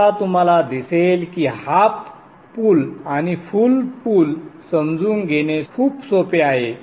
आता तुम्हाला दिसेल की हाफ पूल आणि फुल पूल समजून घेणे खूप सोपे आहे